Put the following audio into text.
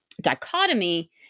dichotomy